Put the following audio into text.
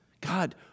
God